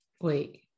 wait